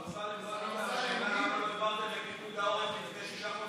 אנחנו עוברים מכאן להצעת האי-אמון של סיעת ישראל ביתנו,